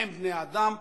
הם בני-אדם,